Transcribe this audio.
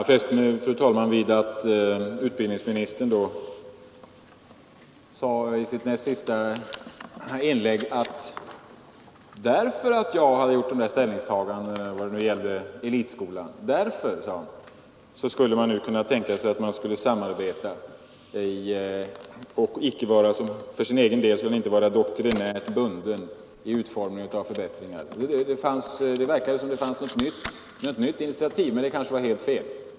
Fru talman! Jag fäste mig vid att utbildningsministern i sitt näst sista inlägg om elitskolan sade att därför att jag hade gjort ett uttalande om elitskolan skulle man nu kunna tänka sig att samarbeta och att han för sin del inte skulle vara doktrinärt bunden vid utformningen av förbättringar av skolan. Det verkade som om det fanns något nytt initiativ — men det var kanske helt fel?